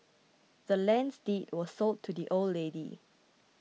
the land's deed was sold to the old lady